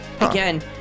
Again